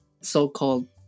so-called